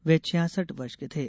वे छियाछठ वर्ष के थे